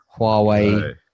huawei